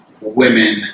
women